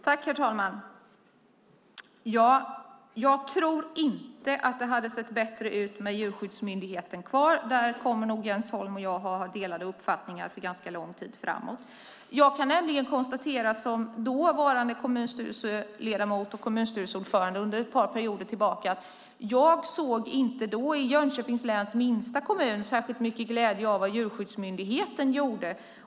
Herr talman! Jag tror inte att det hade sett bättre ut om vi hade kvar Djurskyddsmyndigheten. Om det kommer nog Jens Holm och jag en ganska lång tid framåt att ha delade uppfattningar. Som dåvarande kommunstyrelseledamot och som kommunstyrelseordförande under ett par perioder tidigare såg jag i Jönköpings läns minsta kommun inte särskilt mycket glädje över vad Djurskyddsmyndigheten gjorde.